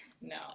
no